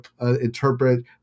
interpret